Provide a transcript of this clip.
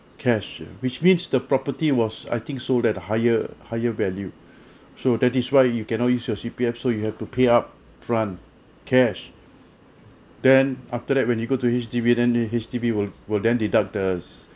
cash uh which means the property was I think sold at higher higher value so that is why you cannot use your C_P_F so you have to pay upfront cash then after that when you go to H_D_B then the H_D_B will will then deduct the